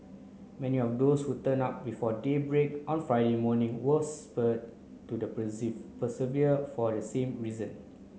many of those who turned up before daybreak on Friday morning were spurred to the persevere for the same reason